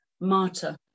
Marta